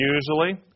Usually